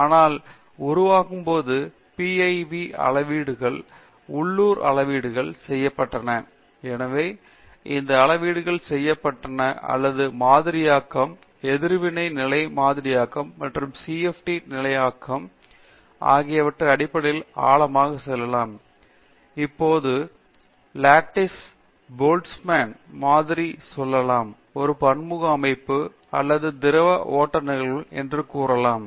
ஆனால் அது உருவாகும்போது PIV அளவீடுகள் உள்ளூர் அளவீடுகள் செய்யப்பட்டன எனவே எந்த அளவீடுகள் செய்யப்பட்டன அல்லது மாதிரியாக்கம் எதிர்வினை நிலை மாதிரியாக்கம் மற்றும் CFD நிலை மாதிரியாக்கம் ஆகியவற்றின் அடிப்படையில் கூட ஆழமாக சொல்லலாம் இப்போது லட்டிஸ் போல்டஸ்ம்னன் மாதிரியாக சொல்லலாம் ஒரு பன்முக அமைப்பு அல்லது திரவ ஓட்டம் நிகழ்வுகள் என்று கூறலாம்